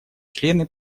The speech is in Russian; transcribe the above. члены